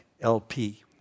LP